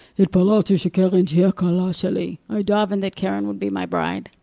hitpalalti she'keren tihiye ha'kala sheli, i davened that keren would be my bride.